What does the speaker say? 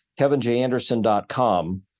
KevinJAnderson.com